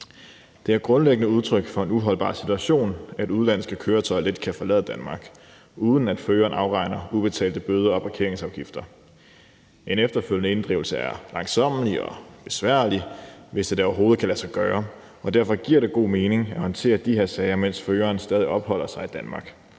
Det er grundlæggende udtryk for en holdbar situation, at udenlandske køretøjer let kan forlade Danmark, uden at føreren afregner ubetalte bøder og parkeringsafgifter. En efterfølgende inddrivelse er langsommelig og besværlig, hvis det da overhovedet kan lade sig gøre, og derfor giver det god mening at håndtere disse sager, mens føreren stadig opholder sig i Danmark.